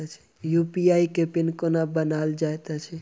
UPI केँ pin केना बनायल जाइत अछि